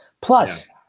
Plus